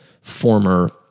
former